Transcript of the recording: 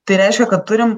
tai reiškia kad turim